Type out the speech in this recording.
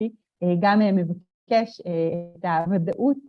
‫גם מבקש את הוודאות.